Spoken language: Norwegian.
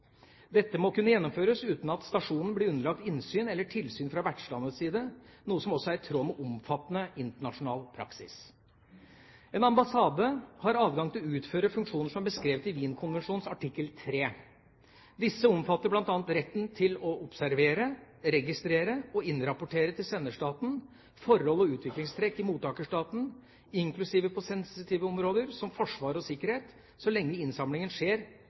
Dette må kunne gjennomføres uten at stasjonen blir underlagt innsyn eller tilsyn fra vertslandets side, noe som også er i tråd med omfattende internasjonal praksis. En ambassade har adgang til å utføre funksjoner som er beskrevet i Wien-konvensjonens artikkel 3. Disse omfatter bl.a. retten til å observere, registrere og innrapportere til senderstaten forhold og utviklingstrekk i mottakerstaten, inklusive på sensitive områder som forsvar og sikkerhet, så lenge innsamlingen skjer